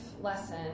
lesson